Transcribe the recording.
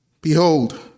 behold